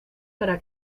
para